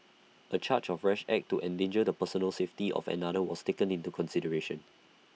A charge of rash act to endanger the personal safety of another was taken into consideration